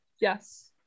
Yes